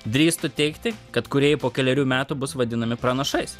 drįstu teigti kad kūrėjai po kelerių metų bus vadinami pranašais